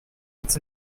its